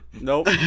Nope